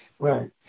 Right